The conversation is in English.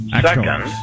Second